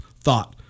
thought